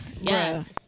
Yes